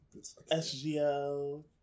SGO